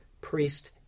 priest